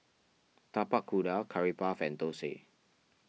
Tapak Kuda Curry Puff and Thosai